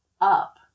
up